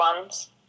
ones